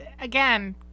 Again